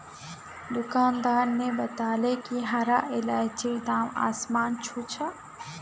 दुकानदार न बताले कि हरा इलायचीर दाम आसमान छू छ